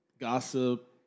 gossip